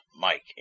Mike